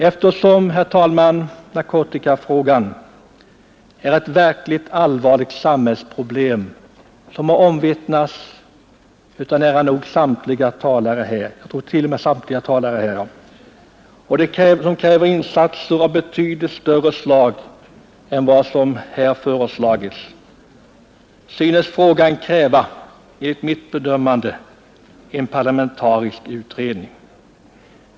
Eftersom, herr talman, narkotikafrågan är ett verkligt allvarligt samhällsproblem, vilket omvittnats av jag tror samtliga talare här, och kräver betydligt större insatser än vad som här föreslagits, synes frågan enligt mitt bedömande kräva en parlamentarisk utredning.